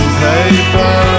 paper